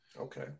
Okay